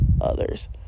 others